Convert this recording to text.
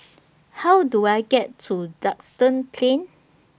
How Do I get to Duxton Plain